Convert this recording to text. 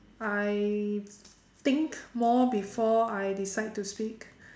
I think more before I decide to speak